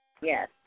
Yes